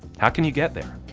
how can you get there?